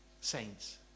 saints